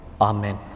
Amen